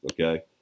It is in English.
Okay